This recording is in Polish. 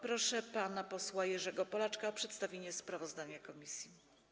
Proszę pana posła Jerzego Polaczka o przedstawienie sprawozdania komisji.